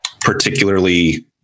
particularly